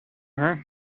her